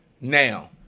now